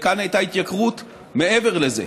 וכאן הייתה התייקרות מעבר לזה.